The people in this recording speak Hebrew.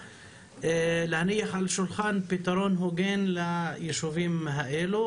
להניח על השולחן פתרון הוגן ליישובים האלה,